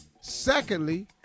Secondly